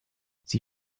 sie